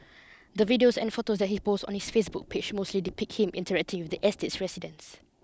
the videos and photos that he posts on his Facebook page mostly depict him interacting with the estate's residents